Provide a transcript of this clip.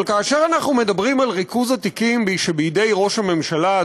אבל כאשר אנחנו מדברים על ריכוז התיקים שבידי ראש הממשלה,